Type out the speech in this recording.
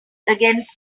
against